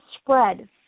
spread